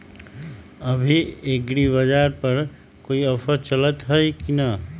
अभी एग्रीबाजार पर कोई ऑफर चलतई हई की न?